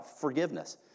forgiveness